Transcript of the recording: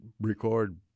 record